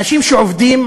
אנשים שעובדים,